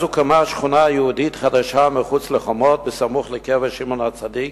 אז הוקמה שכונה יהודית חדשה מחוץ לחומות בסמוך לקבר שמעון הצדיק,